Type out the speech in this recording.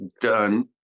done